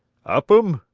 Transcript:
upham,